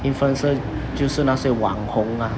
influencers 就是那些网红 ah